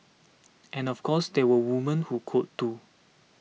and of course there were woman who code too